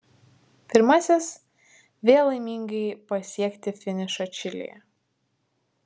pirmasis vėl laimingai pasiekti finišą čilėje